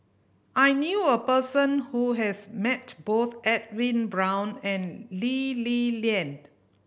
I knew a person who has met both Edwin Brown and Lee Li Lian